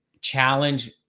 challenge